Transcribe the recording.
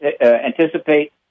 anticipate